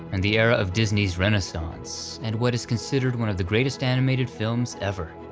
and the era of disney's renaissance, and what is considered one of the greatest animated films ever,